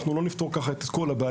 אנחנו לא נפתור ככה את כל הבעיות,